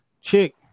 chick